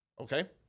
okay